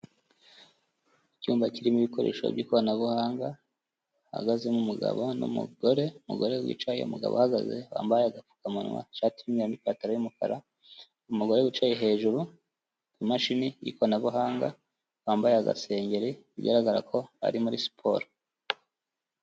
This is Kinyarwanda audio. Icyumba kirimo ibikoresho by'ikoranabuhanga hahagazemo umugabo n'umugore, umugore wicaye umugabo uhagaze wambaye agapfukamunwa ishati n'ipantaro y'umukara, umugore wicaye hejuru ku mashini y'ikoranabuhanga wambaye agasengeri bigaragara ko ari muri siporo.